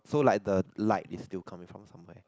so like the light is still coming from somewhere